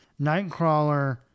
Nightcrawler